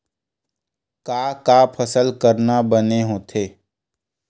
का का फसल करना बने होथे?